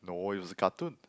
no it was a cartoon